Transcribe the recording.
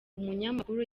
umunyamakuru